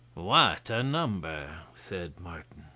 what a number! said martin.